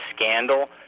Scandal